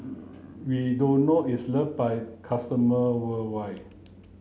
Redoxon is loved by customer worldwide